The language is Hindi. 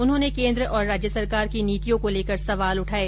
उन्होंने केन्द्र और राज्य सरकार की नीतियों को लेकर सवाल उठाये